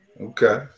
Okay